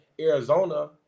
Arizona